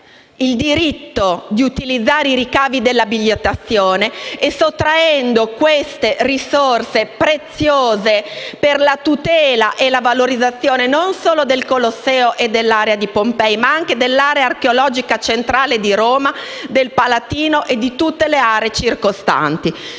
il diritto di utilizzare i ricavi della bigliettazione e sottraendo queste risorse, preziose per la tutela e la valorizzazione non solo del Colosseo e dell'area di Pompei ma anche dell'area archeologica centrale di Roma, del Palatino e di tutte le aree circostanti.